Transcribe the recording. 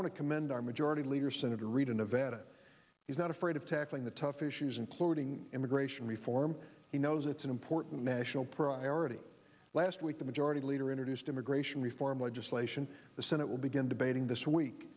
to commend our majority leader senator reid in nevada he's not afraid of tackling the tough issues including immigration reform he knows it's an important national priority last week the majority leader introduced immigration reform legislation the senate will begin debating this week